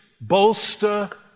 bolster